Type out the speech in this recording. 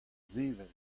sevel